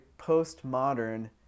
postmodern